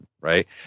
Right